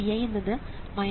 Vi എന്നത് 1